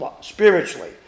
spiritually